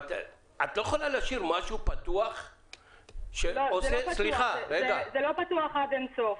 אבל את לא יכולה להשאיר משהו פתוח --- זה לא פתוח עד אין סוף.